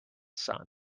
sun